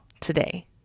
today